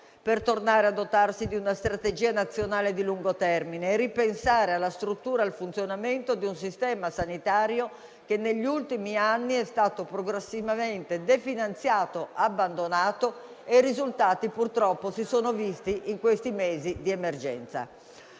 per tornare a dotarsi di una strategia nazionale di lungo termine e ripensare alla struttura e al funzionamento di un sistema sanitario che negli ultimi anni è stato progressivamente definanziato e abbandonato. I risultati, purtroppo, si sono visti in questi mesi di emergenza.